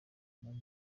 imyaka